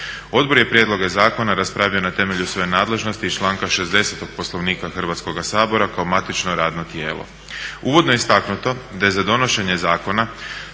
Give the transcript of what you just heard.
Odbor je prijedloge zakona raspravio na temelju svoje nadležnosti iz članka 60. Poslovnika Hrvatskoga sabora kao matično radno tijelo. Uvodno je istaknuto da je za donošenje zakona